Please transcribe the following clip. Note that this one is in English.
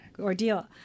ordeal